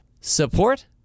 support